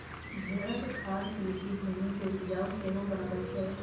भेड़क खाद कृषि भूमि कें उपजाउ सेहो बनबै छै